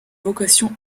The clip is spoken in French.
vocation